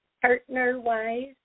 partner-wise